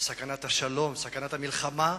בסכנת השלום ובסכנת המלחמה,